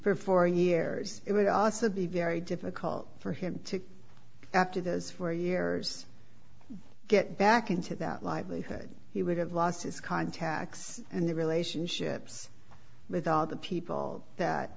for four years it would also be very difficult for him to after those four years get back into that livelihood he would have lost his contacts and the relationships with all the people that